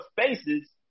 spaces